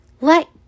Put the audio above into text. Let